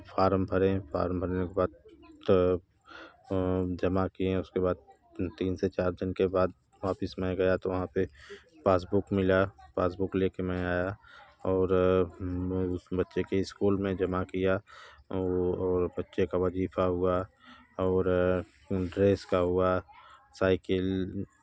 farm भरे form भरने के बाद तब जमा किए उसके बाद तीन से चार दिन के बाद वापस मैं गया तो वहाँ पर पासबूक मिला पासबूक ले कर मैं आया और मैं उस बच्चे के इस्कूल में जमा किया वो और बच्चे का वज़ीफ़ा हुआ और ड्रेस का हुआ साइकिल